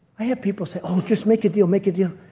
i have people say, oh, just make a deal make a deal.